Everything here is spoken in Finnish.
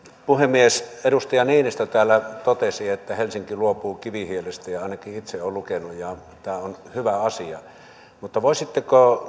puhemies edustaja niinistö täällä totesi että helsinki luopuu kivihiilestä ja niin ainakin itse olen lukenut ja tämä on hyvä asia mutta voisitteko